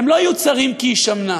זה שהם לא יהיו צרים כי היא שמנה,